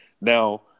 now